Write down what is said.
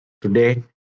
today